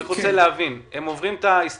אני רוצה להבין: הם עוברים את ההסתכלות,